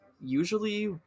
usually